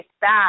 back